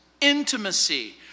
intimacy